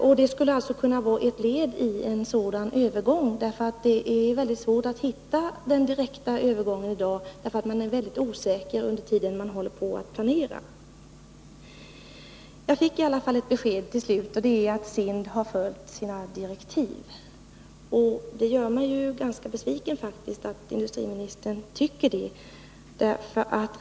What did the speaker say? Ett utvecklingsbolag skulle kunna vara ett led i en sådan övergång, som i dag är svår att åstadkomma eftersom man är väldigt osäker under den tid då man håller på att planera. Jag fick i alla fall ett besked till slut: SIND har följt sina direktiv. Att industriministern tycker det gör mig ganska besviken.